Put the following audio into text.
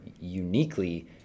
uniquely